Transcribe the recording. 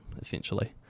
essentially